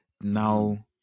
Now